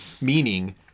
Meaning